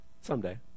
Someday